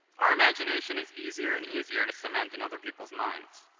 our imagination is easier and easier to cement in other people's minds,